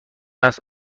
است